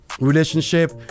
relationship